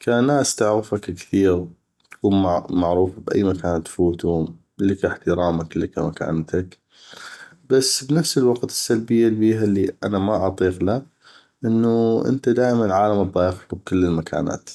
ك ناس تعغفك كثيغ تكون معروف ب أي مكان تفوتو لك احترامك لك مكانك بس بنفس الوقت السلبية البيها اللي انا ما اطيقله انو انته العالم تضايقك بكل مكانات